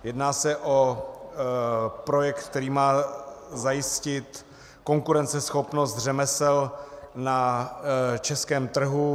Jedná se o projekt, který má zajistit konkurenceschopnost řemesel na českém trhu.